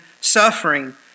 suffering